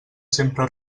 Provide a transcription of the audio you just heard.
sempre